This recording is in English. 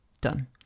Done